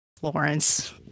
florence